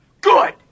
Good